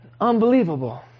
Unbelievable